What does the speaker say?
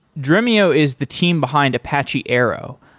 dremio is the team behind apache arrow,